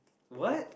what